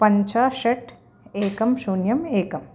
पञ्च षट् एकं शून्यम् एकम्